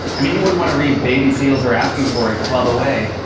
i mean you wouldn't want to read baby seals are asking for it, club away.